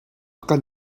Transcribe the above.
kan